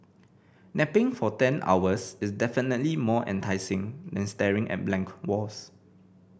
napping for ten hours is definitely more enticing than staring at blank walls